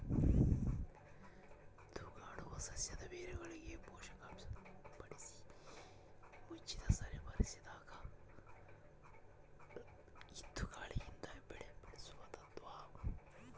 ತೂಗಾಡುವ ಸಸ್ಯದ ಬೇರುಗಳಿಗೆ ಪೋಷಕಾಂಶ ಸಿಂಪಡಿಸಿ ಮುಚ್ಚಿದ ಪರಿಸರದಾಗ ಇದ್ದು ಗಾಳಿಯಿಂದ ಬೆಳೆ ಬೆಳೆಸುವ ತತ್ವ